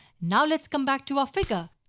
now let's come back to our figure.